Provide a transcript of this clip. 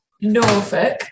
Norfolk